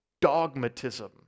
dogmatism